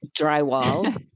drywall